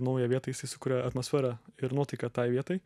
naują vietą jisai sukuria atmosferą ir nuotaiką tai vietai